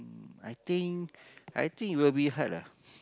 I think I think it will be hard lah